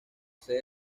sede